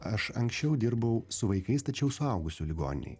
aš anksčiau dirbau su vaikais tačiau suaugusių ligoninėj